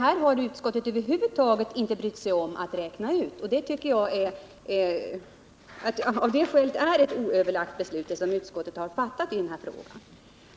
Detta har utskottet över huvud taget inte brytt sig om att räkna ut, och av det skälet är det ett oöverlagt beslut som utskottet har fattat i denna fråga.